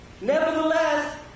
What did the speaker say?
Nevertheless